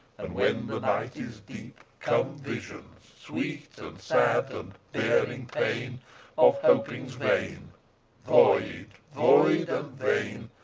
and when the night is deep, come visions, sweet and sad, and bearing pain of hopings vain void, void and vain,